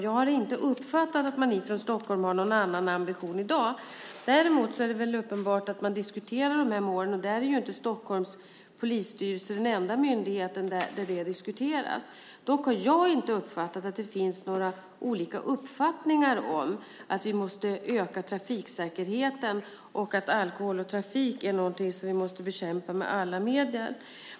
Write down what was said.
Jag har inte uppfattat att man från Stockholm har någon annan ambition i dag. Däremot är det uppenbart att man diskuterar målen, och Stockholms polisstyrelse är inte den enda myndighet där det diskuteras. Jag har inte uppfattat att det finns olika uppfattningar när det gäller att vi måste öka trafiksäkerheten och att alkohol i trafiken är något som vi måste bekämpa med alla medel.